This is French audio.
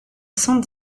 cent